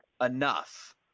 enough